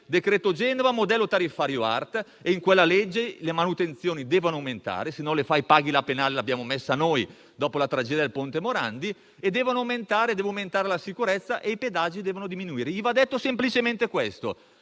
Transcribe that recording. decreto Genova, modello tariffario ART, e in quella legge le manutenzioni devono aumentare; chi non le fa paga la penale, che abbiamo previsto noi dopo la tragedia del ponte Morandi. Deve aumentare la sicurezza e i pedaggi devono diminuire. Va detto loro semplicemente questo.